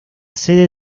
sede